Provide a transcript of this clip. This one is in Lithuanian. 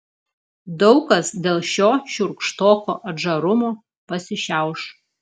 daug kas dėl šio šiurkštoko atžarumo pasišiauš